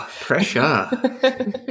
pressure